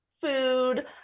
food